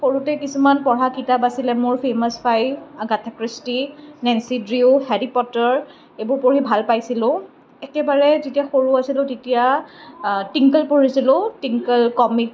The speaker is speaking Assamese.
সৰুতে কিছুমান পঢ়া কিতাপ আছিলে মোৰ famous spy Agatha Christie Nancy Drew Harry Potter এইবোৰ পঢ়ি ভাল পাইছিলো একেবাৰে যেতিয়া সৰু আছিলো তেতিয়া টিংকল পঢ়িছিলোঁ টিংকল কমিক